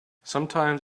sometimes